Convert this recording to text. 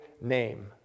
name